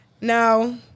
Now